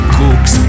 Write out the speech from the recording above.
cooks